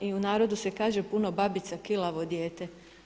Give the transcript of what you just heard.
I u narodu se kaže puno babica kilavo dijete.